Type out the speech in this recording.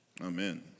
amen